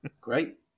Great